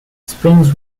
springs